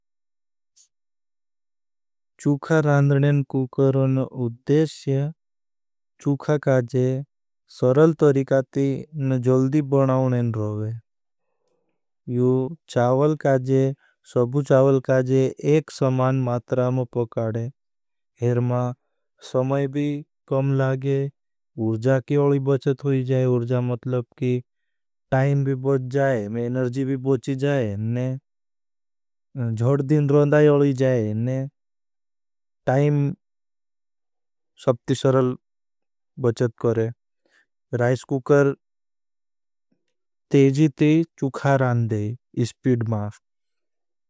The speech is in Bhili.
चुखा काजे सरल तरिकाती न जल्दी बनाओनें रोगे। यू चावल काजे सबु चावल काजे एक समान मात्रा में पकाड़े। हेर मा समय भी कम लागे। उर्जा की अली बचत होई जाए। उर्जा मतलब की टाइम भी बच जाए। एनर्जी भी बची जाए। जहड दिन रोंदा यालोई जाए। टाइम सब्प्ति सरल बचत करें। राइस कुकर तेजी ते चुखा रान दे। स्पीड मा।